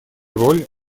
роль